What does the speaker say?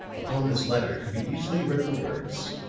upon this latter could be easily read the words